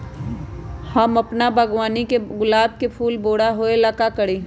हम अपना बागवानी के गुलाब के फूल बारा होय ला का करी?